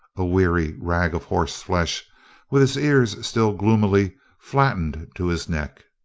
a weary rag of horseflesh with his ears still gloomily flattened to his neck.